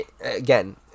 again